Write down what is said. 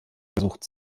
versucht